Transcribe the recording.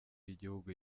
y’igihugu